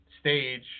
stage